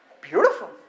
Beautiful